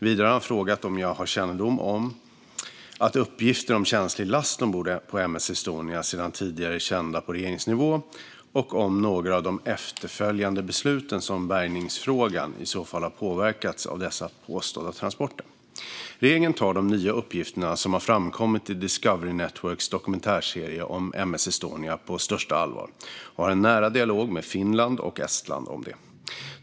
Vidare har han frågat om jag har kännedom om att uppgifter om känslig last ombord på M S Estonia på största allvar och har en nära dialog med Finland och Estland om det.